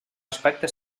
aspecte